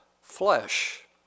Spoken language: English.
flesh